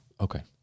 Okay